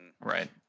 Right